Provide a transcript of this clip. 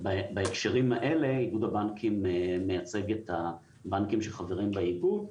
שבהקשרים האלה איגוד הבנקים מייצג את הבנקים שחברים באיגוד,